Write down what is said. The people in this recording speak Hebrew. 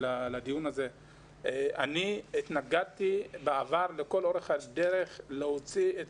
אני התנגדתי בעבר לכל אורך הדרך להוציא את